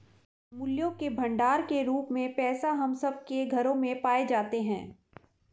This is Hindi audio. मूल्य के भंडार के रूप में पैसे हम सब के घरों में पाए जाते हैं